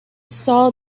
saw